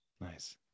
Nice